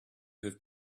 have